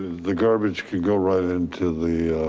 the garbage can go right into the,